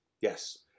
Yes